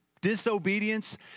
disobedience